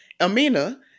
Amina